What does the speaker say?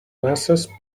masses